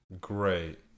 Great